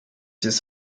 sich